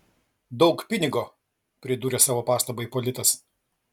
daug pinigo pridūrė savo pastabą ipolitas